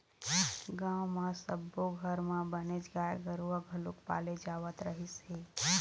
गाँव म सब्बो घर म बनेच गाय गरूवा घलोक पाले जावत रहिस हे